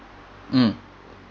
mm